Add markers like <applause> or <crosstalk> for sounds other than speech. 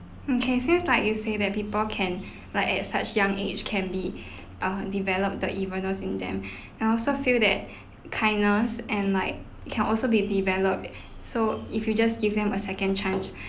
in cases like you said that people can like at such young age can be <breath> uh developed the evilness in them <breath> I also feel that kindness and like can also be developed so if you just give them a second chance